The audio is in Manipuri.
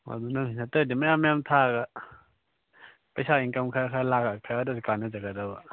ꯑꯗꯨꯅꯅꯤ ꯅꯠꯇ꯭ꯔꯗꯤ ꯃꯌꯥꯝ ꯃꯌꯥꯝ ꯊꯥꯔꯒ ꯄꯩꯁꯥ ꯏꯟꯀꯝ ꯈꯔ ꯈꯔ ꯂꯥꯛꯑꯒ ꯈꯔꯗꯁꯨ ꯀꯥꯟꯅꯖꯒꯗꯕ